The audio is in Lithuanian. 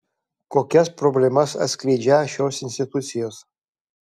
kokias problemas atskleidžią šios institucijos